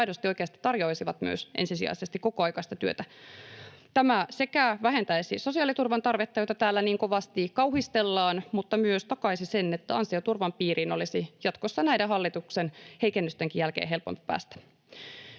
aidosti, oikeasti tarjoaisivat ensisijaisesti kokoaikaista työtä. Tämä sekä vähentäisi sosiaaliturvan tarvetta, jota täällä niin kovasti kauhistellaan, mutta myös takaisi sen, että ansioturvan piiriin olisi jatkossa näiden hallituksen heikennystenkin jälkeen helpompi päästä.